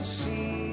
see